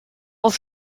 auf